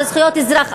על זכויות אזרח,